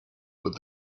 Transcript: with